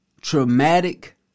traumatic